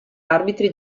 arbitri